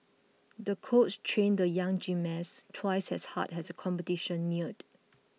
the coach trained the young gymnast twice as hard as the competition neared